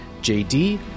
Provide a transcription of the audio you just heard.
JD